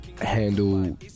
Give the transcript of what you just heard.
handle